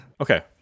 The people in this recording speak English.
Okay